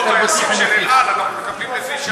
אנחנו מקבלים לפי שעות.